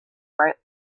bright